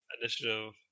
Initiative